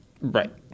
right